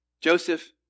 Joseph